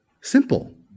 Simple